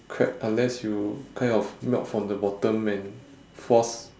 crack unless you kind of melt from the bottom and force